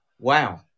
Wow